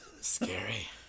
Scary